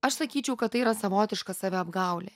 aš sakyčiau kad tai yra savotiška saviapgaulė